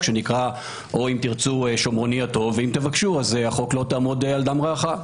או השומרוני הטוב או אם תבקשו החוק לא תעמוד על דם רעך.